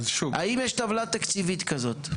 האם יש טבלה תקציבית כזו?